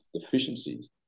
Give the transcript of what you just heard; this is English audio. deficiencies